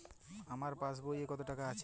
আমার পাসবই এ কত টাকা আছে?